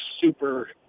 super